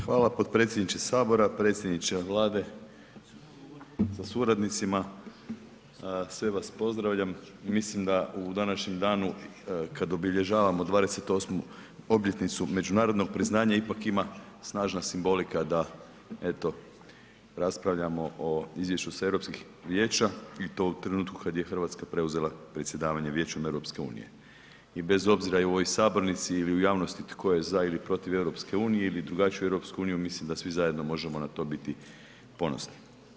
Hvala potpredsjedniče HS, predsjedniče Vlade sa suradnicima, sve vas pozdravljam i mislim da u današnjem danu kad obilježavamo 28. obljetnicu međunarodnog priznanja ipak ima snažna simbolika da eto raspravljamo o izvješću s europskih Vijeća i to u trenutku kad je RH preuzela predsjedavanje Vijećem EU i bez obzira i u ovoj sabornici ili u javnosti tko je za ili protiv EU ili drugačiju EU mislim da svi zajedno možemo na to biti ponosni.